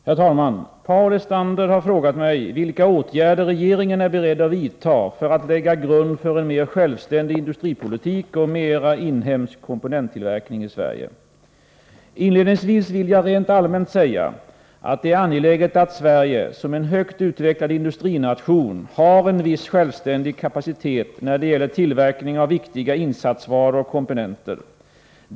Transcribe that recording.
Herr talman! Paul Lestander har frågat mig vilka åtgärder regeringen är beredd att vidta för att lägga grund för en mer självständig industripolitik och mera inhemsk komponenttillverkning i Sverige. Inledningsvis vill jag rent allmänt säga att det är angeläget att Sverige, som en högt utvecklad industrination, har en viss självständig kapacitet när det gäller tillverkning av viktiga insatsvaror och komponenter.